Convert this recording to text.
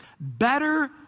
better